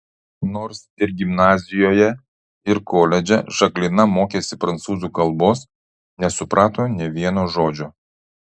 nors ir gimnazijoje ir koledže žaklina mokėsi prancūzų kalbos nesuprato nė vieno žodžio